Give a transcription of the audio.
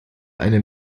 eine